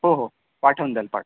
हो हो पाठवून द्याल पाट